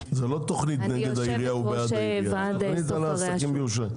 אני יושבת ראש ועד סוחרי השוק.